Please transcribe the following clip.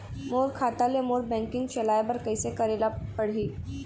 मोर खाता ले मोर बैंकिंग चलाए बर कइसे करेला पढ़ही?